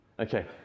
Okay